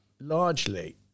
largely